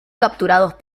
capturados